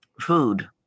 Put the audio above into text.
food